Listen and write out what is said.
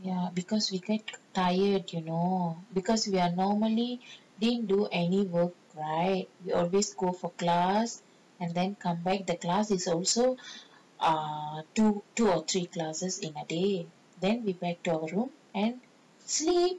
ya because we get tired you know because we are normally didn't do any work right you always go for class and then come back the class is also err two two or three classes in a day then we back to our room and sleep